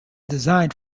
designed